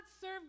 serve